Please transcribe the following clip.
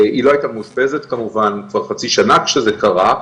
היא לא הייתה מאושפזת כמובן כבר חצי שנה כשזה קרה,